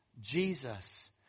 Jesus